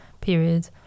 period